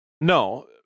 No